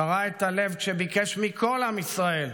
קרע את הלב כשביקש מכל עם ישראל: